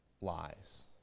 lies